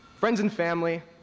friends and family,